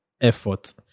effort